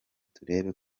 turebe